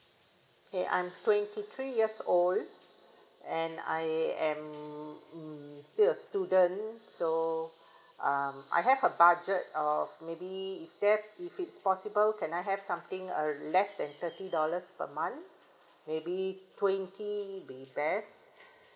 okay I'm twenty three years old and I am mm still a student so um I have a budget of maybe if there if it's possible can I have something uh less than thirty dollars per month maybe twenty be best